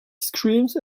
screams